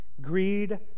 Greed